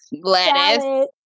lettuce